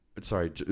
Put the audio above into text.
Sorry